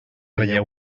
relleu